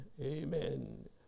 amen